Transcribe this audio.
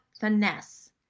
finesse